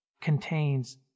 contains